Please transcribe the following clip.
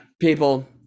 people